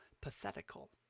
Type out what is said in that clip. pathetical